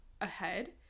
ahead